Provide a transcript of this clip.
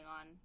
on